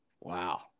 Wow